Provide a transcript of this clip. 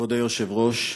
כבוד היושב-ראש,